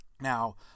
Now